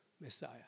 Messiah